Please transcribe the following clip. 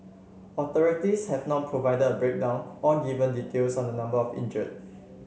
authorities have not provided a breakdown or given details on the number of injured